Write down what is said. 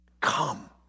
Come